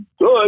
good